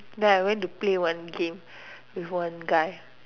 then I went to play one game with one guy